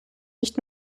nicht